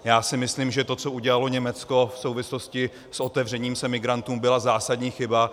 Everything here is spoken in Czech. Já si myslím, že to, co udělalo Německo v souvislosti s otevřením se emigrantům, byla zásadní chyba.